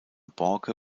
borke